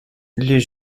les